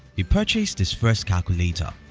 he purchased his first calculator.